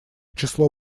число